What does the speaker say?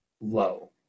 Low